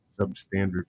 substandard